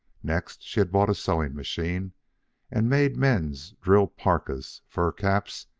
next, she had bought a sewing-machine and made men's drill parkas, fur caps,